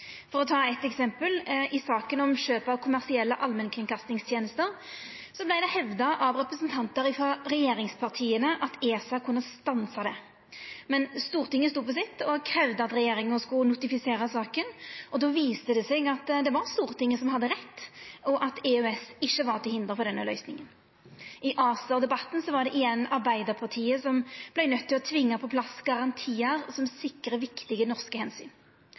For å ta nokre eksempel: I saka om kjøp av kommersielle allmennkringkastingstenester vart det hevda av representantar frå regjeringspartia at ESA kunne stansa det. Men Stortinget stod på sitt og kravde at regjeringa skulle notifisera saka, og då viste det seg at det var Stortinget som hadde rett, og at EØS ikkje var til hinder for denne løysinga. I ACER-debatten var det igjen Arbeidarpartiet som vart nøydd til å tvinga på plass garantiar som sikrar viktige norske